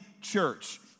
church